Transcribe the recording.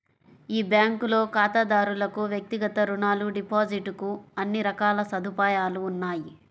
ఈ బ్యాంకులో ఖాతాదారులకు వ్యక్తిగత రుణాలు, డిపాజిట్ కు అన్ని రకాల సదుపాయాలు ఉన్నాయి